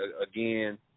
again